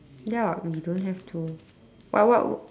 ya we do not have to what what